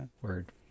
word